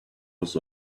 was